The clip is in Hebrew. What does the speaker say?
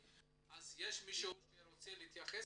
יש עוד מישהו שרוצה לומר דברים?